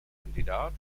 kandidat